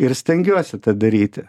ir stengiuosi tą daryti